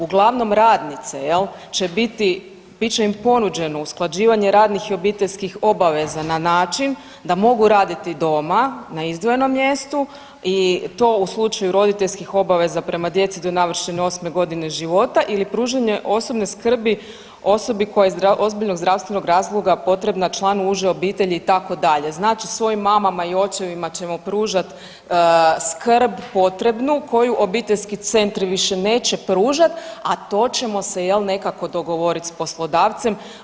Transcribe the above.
Uglavnom radnice jel će biti, bit će im ponuđeno usklađivanje radnih i obiteljskih obaveza na način da mogu raditi doma na izdvojenom mjestu i to u slučaju roditeljskih obaveza prema djeci do navršene 8.g. života ili pružanje osobne skrbi osobi koja je iz ozbiljnog zdravstvenog razloga potrebna članu uže obitelji itd., dakle svojim mamama i očevima ćemo pružat skrb potrebnu koju obiteljski centri više neće pružat, a to ćemo se jel nekako dogovorit s poslodavcem.